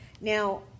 Now